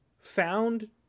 found